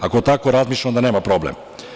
Ako tako razmišlja, onda nema problem.